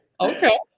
okay